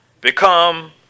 become